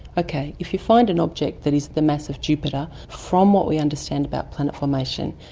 okay, if you find an object that is the mass of jupiter, from what we understand about planet formation,